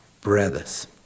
Brothers